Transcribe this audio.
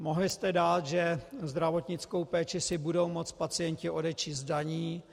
Mohli jste dát, že zdravotnickou péči si budou moct pacienti odečíst z daní.